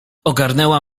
ogarnęła